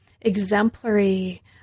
exemplary